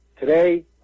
today